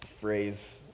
phrase